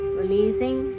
releasing